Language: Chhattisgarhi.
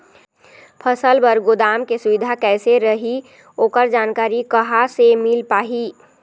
फसल बर गोदाम के सुविधा कैसे रही ओकर जानकारी कहा से मिल पाही?